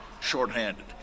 shorthanded